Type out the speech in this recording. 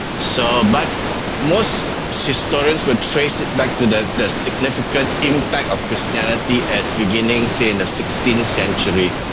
so but most historians would trace it back to the the significant impact of christianity as beginning, say, in the sixteenth century,